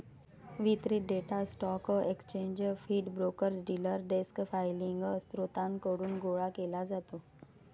वितरित data stock exchange feed, brokers, dealer desk filing स्त्रोतांकडून गोळा केला जातो